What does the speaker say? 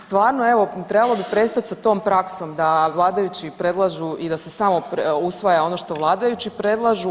Stvarno evo trebalo bi prestati sa tom praksom da vladajući predlažu i da se samo usvaja ono što vladajući predlažu.